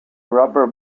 rubber